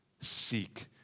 seek